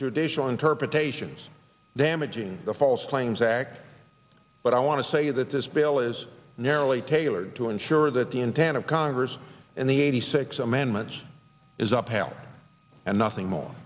judicial interpretations damaging the false claims act but i want to say that this bill is narrowly tailored to ensure that the intent of congress and the eighty six amendments is upheld and nothing more